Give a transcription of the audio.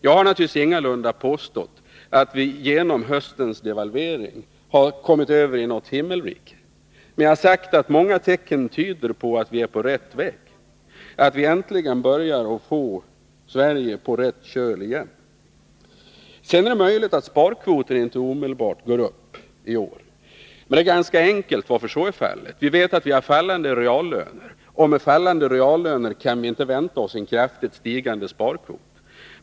Jag har naturligtvis ingalunda påstått att vi genom höstens devalvering har kommit över i något himmelrike, men jag har sagt att många tecken tyder på att vi är på rätt väg, att vi äntligen börjar att få Sverige på rätt köl igen. Det är möjligt att sparkvoten inte går upp i år. Men det är i så fall ganska enkelt att förklara. Vi vet att vi har fallande reallöner, och med fallande reallöner kan vi inte vänta oss en kraftigt stigande sparkvot.